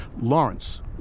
Lawrence